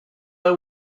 her